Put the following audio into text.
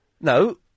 No